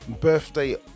Birthday